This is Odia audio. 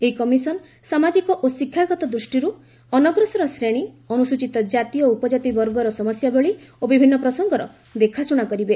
ଏହି କମିଶନ୍ ସାମାଜିକ ଓ ଶିକ୍ଷାଗତ ଦୃଷ୍ଟିରୁ ଅନଗ୍ରସର ଶ୍ରେଣୀ ଅନୁସୂଚିତ ଜାତି ଓ ଉପଜାତି ବର୍ଗର ସମସ୍ୟାବଳୀ ଓ ବିଭିନ୍ନ ପ୍ରସଙ୍ଗର ଦେଖାଶୁଣା କରିବେ